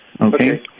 Okay